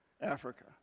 Africa